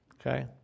Okay